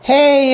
Hey